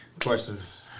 questions